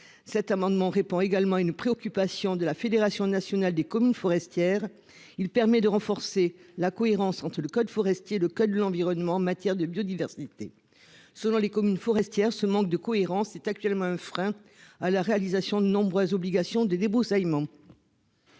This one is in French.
Cet amendement répond également une préoccupation de la Fédération nationale des communes forestières. Il permet de renforcer la cohérence entre le code forestier, le code de l'environnement en matière de biodiversité. Selon les communes forestières. Ce manque de cohérence est actuellement un frein à la réalisation de nombreuses obligations des débroussaillement.